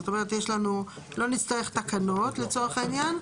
זאת אומרת, יש לנו, לא נצטרך תקנות לצורך העניין.